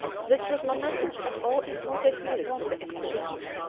this was momentous and all-important news to the expedition.